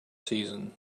season